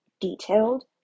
detailed